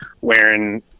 wearing